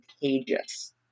contagious